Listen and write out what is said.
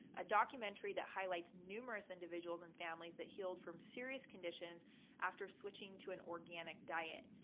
a documentary that highlights numerous individuals and families that healed from serious conditions after switching to an organic diet.